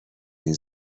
این